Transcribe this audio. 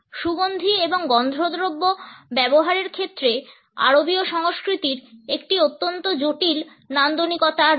সুগন্ধি এবং গন্ধদ্রব্য ব্যবহারের ক্ষেত্রে আরবীয় সংস্কৃতির একটি অত্যন্ত জটিল নান্দনিকতা রয়েছে